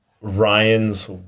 Ryan's